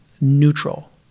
neutral